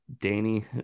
Danny